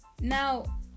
Now